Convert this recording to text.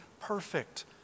perfect